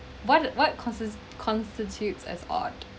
what what caus~ constitutes as odd ah dare to something you want